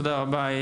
תודה רבה.